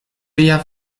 via